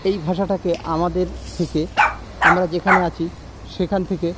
এই ভাষাটাকে আমাদের থেকে আমরা যেখানে আছি সেখান থেকে